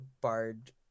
bard